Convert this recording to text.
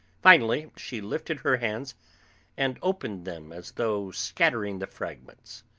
finally she lifted her hands and opened them as though scattering the fragments.